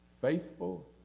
faithful